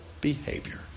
behavior